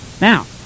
Now